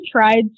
tried